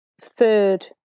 third